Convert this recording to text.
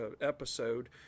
episode